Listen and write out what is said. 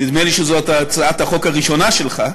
נדמה לי שזאת הצעת החוק הראשונה שלך.